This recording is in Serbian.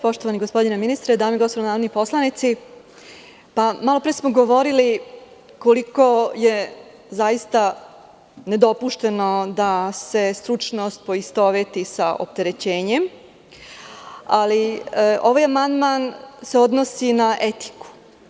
Poštovani gospodine ministre, dame i gospodo narodni poslanici, malopre smo govorili koliko je zaista nedopušteno da se stručnost poistoveti sa opterećenjem, ali ovaj amandman se odnosi na etiku.